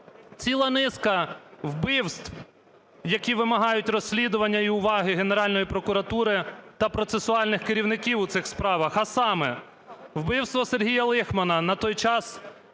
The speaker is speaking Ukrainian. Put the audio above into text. Ціла низка вбивств, які вимагають розслідування і уваги Генеральної прокуратури та процесуальних керівників у цих справах, а саме: вбивство Сергія Лихмана, на той час